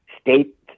state